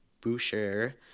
Boucher